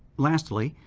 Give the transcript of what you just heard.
lastly,